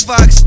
Fox